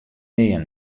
nea